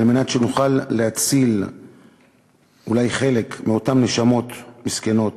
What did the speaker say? על מנת שנוכל להציל אולי חלק מאותן נשמות מסכנות